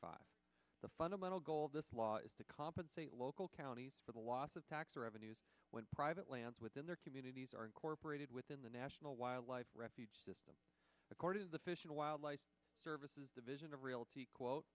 five the fundamental goal of this law is to compensate local counties for the loss of tax revenues when private lands within their communities are incorporated within the national wildlife refuge system according to the fish and wildlife services division of realty quote